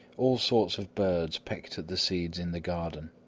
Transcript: all sorts of birds pecked at the seeds in the garden.